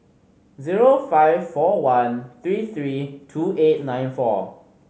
zero five four one three three two eight nine four